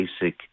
basic